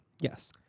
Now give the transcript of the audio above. Yes